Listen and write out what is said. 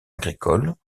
agricole